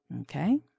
Okay